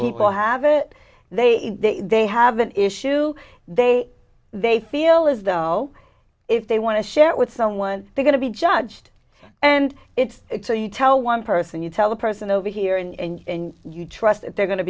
people have it they they have an issue they they feel as though if they want to share it with someone they going to be judged and it's so you tell one person you tell the person over here and you trust they're going to